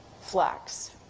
flax